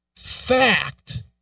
fact